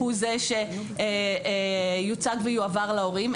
הוא זה שיוצג ויועבר להורים,